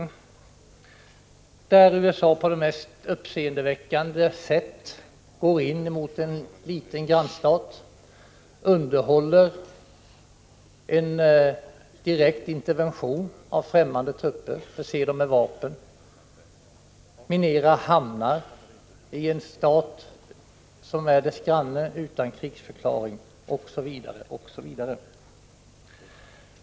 USA ingriper på det mest uppseendeväckande sätt mot en liten grannstat, underhåller en direkt intervention av främmande trupper, förser trupperna med vapen och minerar hamnar. Det gäller alltså en grannstat, och det hela sker utan krigsförklaring, osv.